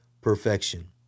perfection